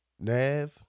Nav